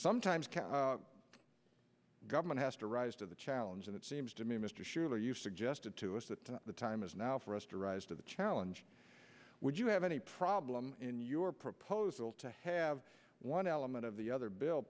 sometimes government has to rise to the challenge and it seems to me mr surely you've suggested to us that the time is now for us to rise to the challenge would you have any problem in your proposal to have one element of the other bill